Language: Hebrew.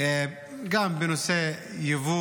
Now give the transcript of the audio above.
גם בנושא יבוא,